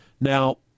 Now